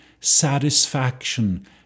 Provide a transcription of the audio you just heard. satisfaction